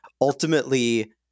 ultimately